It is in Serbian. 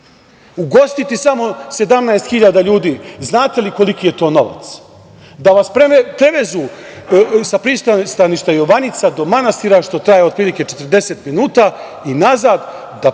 Ugostiti samo 17 hiljada ljudi, znate koliki je to novac, da vas prevezu sa pristaništa Jovanica do manastira, što traje otprilike 40 minuta, i nazad,